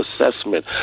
assessment